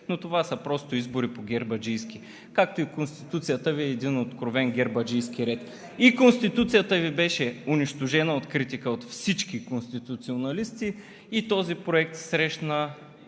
но това са просто избори по гербаджийски, както и Конституцията Ви е един откровен гербаджийски ред. Конституцията Ви беше унищожена от критика от всички конституционалисти и този проект срещна